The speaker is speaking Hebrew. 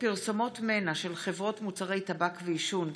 פרסומות מנע של חברות מוצרי טבק ועישון),